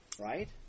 Right